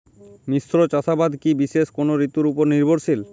মিশ্র চাষাবাদ কি বিশেষ কোনো ঋতুর ওপর নির্ভরশীল?